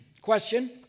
Question